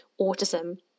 autism